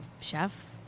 chef